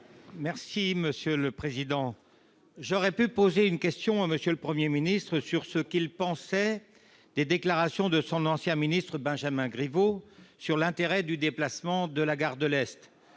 la liste d'aucun groupe. J'aurais pu poser une question à M. le Premier ministre sur ce qu'il pensait des déclarations de son ancien secrétaire d'État Benjamin Griveaux sur l'intérêt du déplacement de la gare de l'Est.